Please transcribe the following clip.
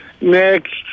Next